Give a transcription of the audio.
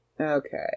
Okay